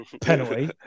penalty